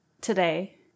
today